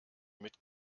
mit